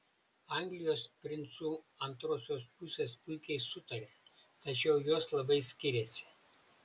anglijos princų antrosios pusės puikiai sutaria tačiau jos labai skiriasi